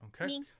okay